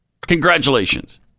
Congratulations